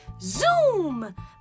Zoom